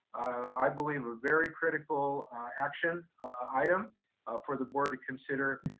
i believe, a very critical action item for the board to consider